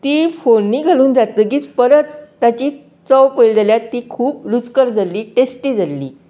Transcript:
ती फोण्णी घालून जातकीर परत ताची चव पळयली जाल्यार ती खूब रुचकर जाल्ली टेस्टी जाल्ली